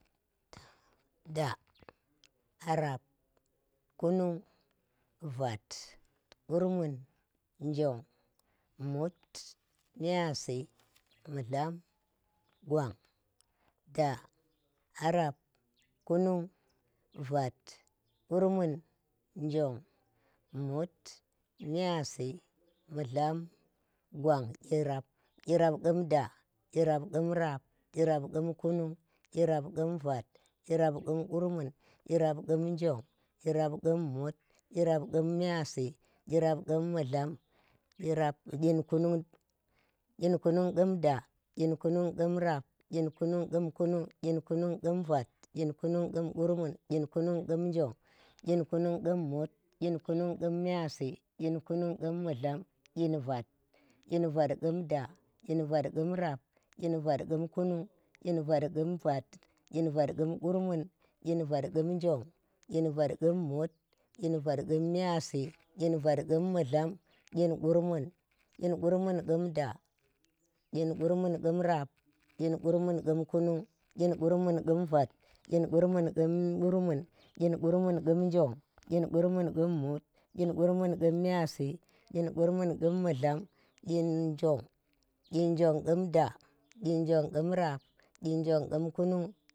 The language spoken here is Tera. Da, arap, kunung, vat, qurmun, njong hmut, myiyasi, mulham, gwam, da arap, kunug vat, gurmum, njong mut myiyasi, mulham, gwan girap. Qirap kum da qirap kum rap, qirap khum ku kunung, qirap khum vbat qirap khum qurmun, qirap khum njong qirap khum, mut qirap khutm myi yasi, qirap kum mudlam, qirap kyikag. kyi kunug khumda, kyinkunung, khum rapt kyin kunug khum kunung, kyi kunung khum vat, kyikunung khum gurmun, kyinkunug khum njong kyinkunung khum mut kyi kanung khum myiyasi, kyinknuung khum mudlam, kyin vat. kyin vat ghum da, kyin vat khum rap, kyin vat khum knung, kyin vat khum vat, kyin vat khum qurmun, kyin vat khum njong layin vat khum mut, layin vat khum myiyasi, kyum vat khum mudlam, kyi qurmun khum rap, kyinqurmun khum kunung, kyinqurmun khum vat, kyin kurmun khum qurmun, kyin qurmun khum njong kyin khum mut, kyin knunung khum myiyashi kyin qurmurn khum mudlam, kyin jong kyinnjong khum da kyinubug khum rapt kyinnjong khum kunung.